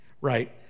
right